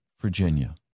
Virginia